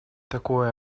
такое